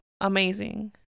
Amazing